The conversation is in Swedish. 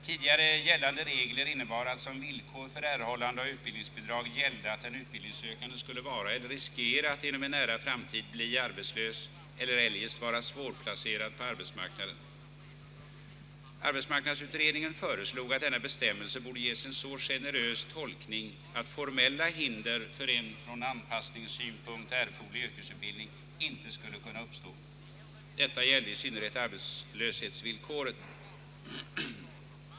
Tidigare gällande regler innebar att som villkor för erhållande av utbildningsbidrag gällde att den utbildningssökande skulle vara eller riskera att inom en nära framtid bli arbetslös eller eljest vara svårplacerad på arbetsmarknaden. Arbetsmarknadsutredningen föreslog att denna bestämmelse borde ges en så generös tolkning, att formella hinder för en från anpassningssynpunkt erforderlig yrkesutbildning inte skulle kunna uppstå. Detta gällde i synnerhet arbetslöshetsvillkoret.